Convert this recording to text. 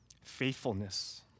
Faithfulness